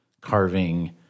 carving